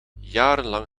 jarenlang